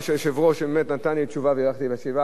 שבאמת נתן לי תשובה והלכתי לישיבה הנכונה,